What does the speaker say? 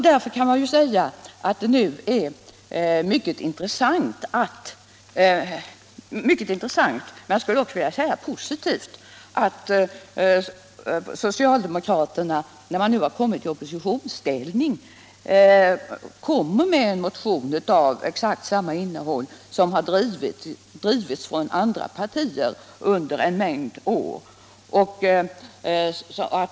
Därför kan man ju säga att det är mycket intressant men även positivt att socialdemokraterna, när de nu kommit i oppositionsställning, väcker en motion med exakt samma innehåll som i motioner vilka väckts av andra partier under en mängd år.